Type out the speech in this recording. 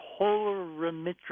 polarimetric